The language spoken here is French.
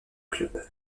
club